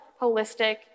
holistic